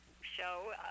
show